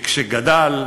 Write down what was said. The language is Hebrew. שכשהוא גדל,